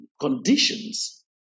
conditions